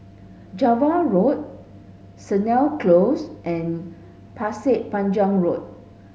Java Road Sennett Close and Pasir Panjang Road